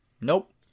Nope